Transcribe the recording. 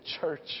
church